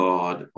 God